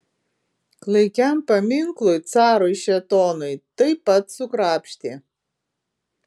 klaikiam paminklui carui šėtonui taip pat sukrapštė